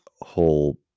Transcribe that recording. whole